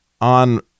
on